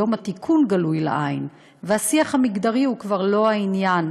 היום התיקון גלוי לעין והשיח המגדרי הוא כבר לא העניין.